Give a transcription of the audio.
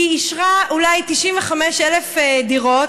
היא אישרה אולי 95,000 דירות,